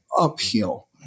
uphill